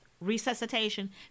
resuscitation